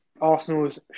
Arsenal's